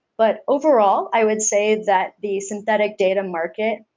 but overall, i would say that the synthetic data market,